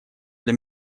для